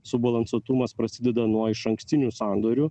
subalansuotumas prasideda nuo išankstinių sandorių